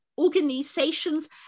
organizations